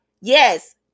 yes